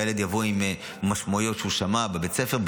הילד יבוא עם משמעויות שהוא שמע בבית ספר,